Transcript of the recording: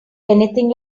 anything